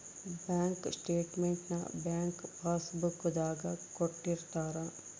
bank statement ನ bank passbook ದಾಗ ಕೊಟ್ಟಿರ್ತಾರ